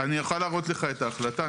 אני אוכל להראות לך את ההחלטה.